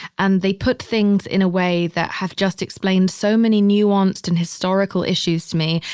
and they put things in a way that have just explained so many nuanced and historical issues to me.